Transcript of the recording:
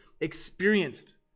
experienced